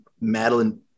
Madeline